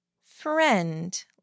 Friend